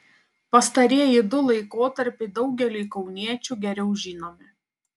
pastarieji du laikotarpiai daugeliui kauniečių geriau žinomi